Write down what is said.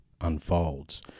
unfolds